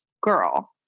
girl